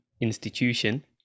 institution